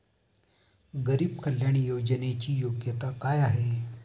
गरीब कल्याण योजनेची योग्यता काय आहे?